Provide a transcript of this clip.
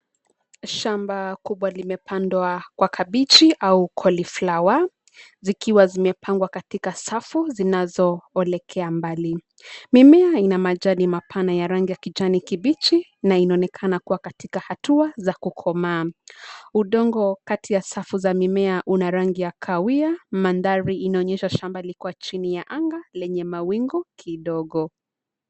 Shamba kubwa limepandwa kwa kabichi au cauliflower zikiwa zimepangwa katika safu zinazoelekea mbali. Mimea ina majani mapana ya rangi ya kijani kibichi na inaonekana kua katika hatua za kukomaa. Udongo kati ya safu za mimea una rangi ya kahawia, mandhari inaonyesha shamba liko chini ya anga lenye mawingu kidogo.